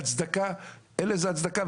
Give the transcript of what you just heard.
אין לזה הצדקה,